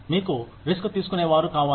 మీకు రిస్క్ తీసుకునేవారు కావాలి